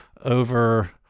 over